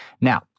Now